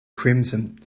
crimson